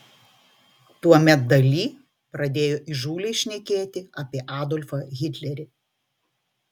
tuomet dali pradėjo įžūliai šnekėti apie adolfą hitlerį